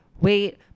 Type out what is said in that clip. wait